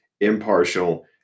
impartial